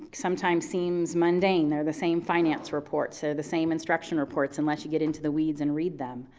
sometimes seems mundane or the same finance reports or the same instruction reports unless you get into the weeds and read them